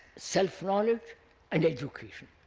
self-knowledge and education,